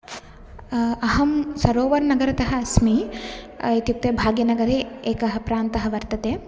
अहं सरोवर् नगरतः अस्मि इत्युक्ते भाग्यनगरे एकः प्रान्तः वर्तते